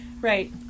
Right